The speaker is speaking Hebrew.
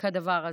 כדבר הזה.